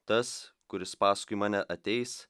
tas kuris paskui mane ateis